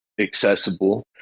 accessible